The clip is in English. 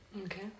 Okay